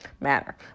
Matter